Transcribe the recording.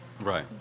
Right